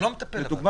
למשל,